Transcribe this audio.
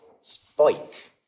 Spike